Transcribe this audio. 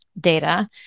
data